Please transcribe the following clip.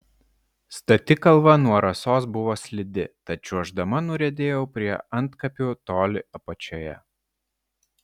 stati kalva nuo rasos buvo slidi tad čiuoždama nuriedėjau prie antkapių toli apačioje